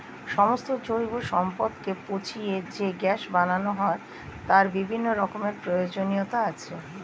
সমস্ত জৈব সম্পদকে পচিয়ে যে গ্যাস বানানো হয় তার বিভিন্ন রকমের প্রয়োজনীয়তা আছে